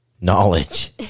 knowledge